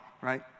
right